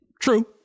True